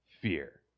fear